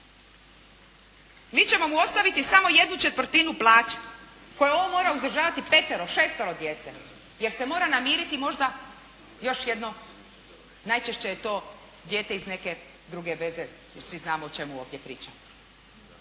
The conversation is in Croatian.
Mi ćemo mu ostaviti samo ¼ plaće, a on mora uzdržavati petero, šestero djece, jer se mora namiriti možda još jedno, najčešće je to dijete iz neke druge veze, jer svi znamo o čemu ovdje pričamo.